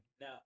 Now